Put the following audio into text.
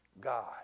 God